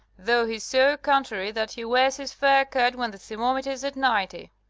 though he's so contrary that he wears his fur coat when the thermometer's at ninety.